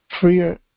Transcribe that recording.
freer